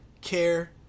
care